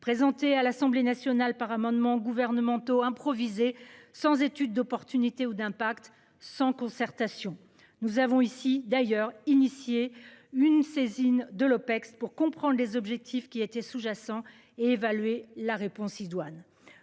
présenté à l'Assemblée nationale par amendements gouvernementaux improvisée sans étude d'opportunité d'impact sans concertation. Nous avons ici d'ailleurs initié une saisine de l'Opecst pour comprendre les objectifs qui était sous-jacent et évaluer la réponse idoine.